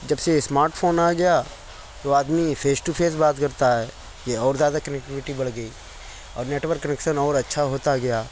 جب سے smart phone آ گیا تو آدمی فیس ٹُو فیس بات کرتا ہے یہ اور زیادہ کنیکٹیوٹی بڑھ گئی اور نیٹورک کنیکشن اور اچھا ہوتا گیا